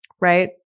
right